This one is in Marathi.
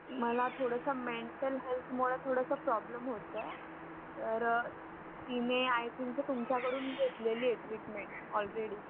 मला थोडंसं मेंटल हेल्थमुळं थोडंसं प्रॉब्लेम होत आहे तर तिने आय थिंक सो तुमच्याकडून घेतलेली आहे ट्रीटमेंट ऑलरेडी